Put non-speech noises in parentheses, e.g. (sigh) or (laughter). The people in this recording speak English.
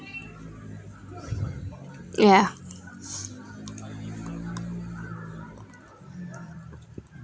ya (breath)